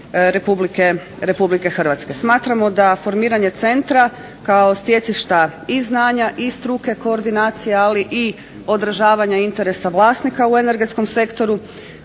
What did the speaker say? Republike Hrvatske. Smatramo da formiranje centra kao stjecišta i znanja i struke koordinacija, ali i odražavanja interesa vlasnika u energetskom sektoru,